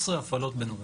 זה המון,